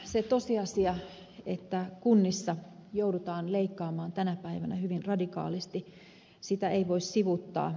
sitä tosiasiaa että kunnissa joudutaan leikkaamaan tänä päivänä hyvin radikaalisti ei voi sivuuttaa